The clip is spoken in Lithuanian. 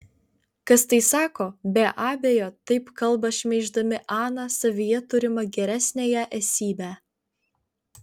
kas tai sako be abejo taip kalba šmeiždami aną savyje turimą geresniąją esybę